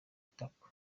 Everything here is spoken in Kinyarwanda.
itako